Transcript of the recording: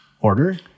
order